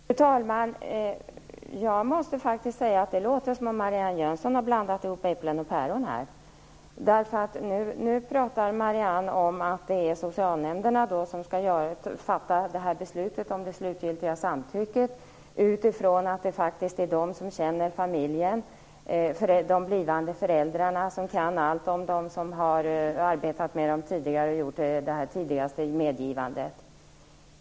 Fru talman! Jag måste faktiskt säga att det låter som om Marianne Jönsson här har blandat ihop äpplen och päron. Nu talar Marianne Jönsson om att socialnämnderna skall fatta beslutet om det slutgiltiga samtycket utifrån att det faktiskt är de som känner de blivande adoptionsföräldrarna. Det är de som har arbetat med dem tidigare och gjort det tidiga medgivandet.